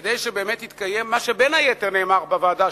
כדי שבאמת יתקיים מה שבין היתר נאמר בוועדה